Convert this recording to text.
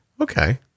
Okay